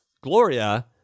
gloria